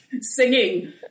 singing